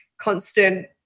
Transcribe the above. constant